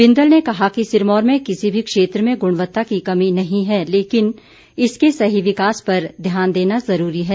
बिंदल ने कहा कि सिरमौर में किसी भी क्षेत्र में गुणवत्ता की कमी नहीं है लेकिन इसके सही विकास पर ध्यान देना ज़रूरी है